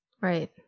Right